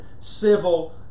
civil